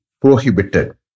prohibited